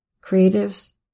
creatives